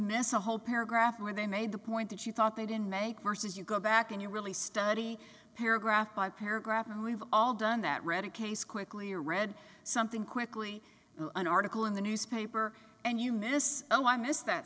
miss a whole paragraph where they made the point that you thought they didn't make worse as you go back and you really study paragraph by paragraph and we've all done that read a case quickly or read something quickly an article in the newspaper and you miss oh i missed that